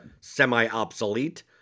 semi-obsolete